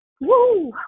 Woo